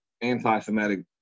anti-Semitic